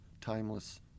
timeless